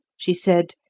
she said,